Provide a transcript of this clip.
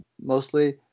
mostly